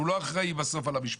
הוא לא אחראי בסוף על המשפחות,